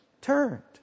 turned